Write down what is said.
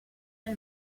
del